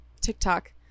tiktok